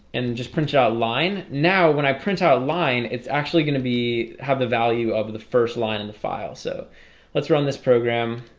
and just print out line now when i print out a line it's actually going to be have the value of the first line in the file. so let's run this program